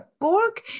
borg